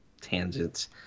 Tangents